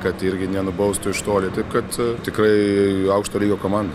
kad irgi nenubaustų iš toli taip kad tikrai aukšto lygio komanda